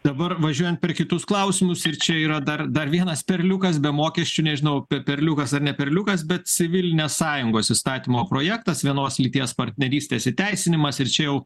dabar važiuojant per kitus klausimus ir čia yra dar dar vienas perliukas be mokesčių nežinau pe perliukas ar ne perliukas bet civilinės sąjungos įstatymo projektas vienos lyties partnerystės įteisinimas ir čia jau